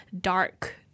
dark